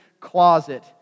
closet